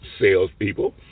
salespeople